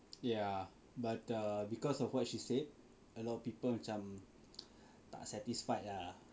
ya but err because of what she said a lot of people macam tak satisfied lah diorang macam